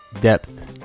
depth